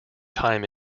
time